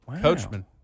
Coachman